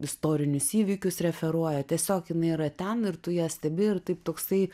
istorinius įvykius referuoja tiesiog jinai yra ten ir tu ją stebi ir taip toksai